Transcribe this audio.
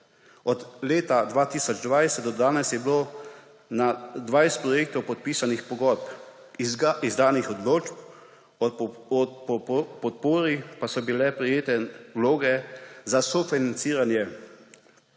Od leta 2020 do danes je bilo za 20 projektov podpisanih pogodb, izdanih odločitev o podpori, ali pa so bile potrjene vloge za sofinanciranje.